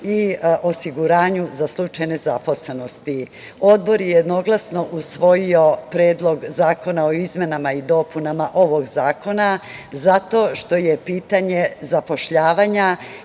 i osiguranju za slučaj nezaposlenosti. Odbor je jednoglasno usvojio predlog zakona o izmenama i dopunama ovog zakona, zato što je pitanje zapošljavanja